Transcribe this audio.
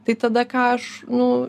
tai tada ką aš nu